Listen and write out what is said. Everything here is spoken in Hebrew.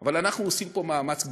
אבל אנחנו עושים פה מאמץ גדול.